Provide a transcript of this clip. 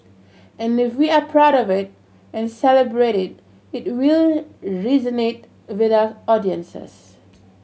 and if we are proud of it and celebrate it it will resonate with our audiences